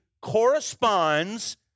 corresponds